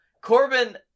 Corbin